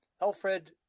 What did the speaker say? Alfred